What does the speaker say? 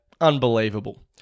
unbelievable